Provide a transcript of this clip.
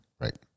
Right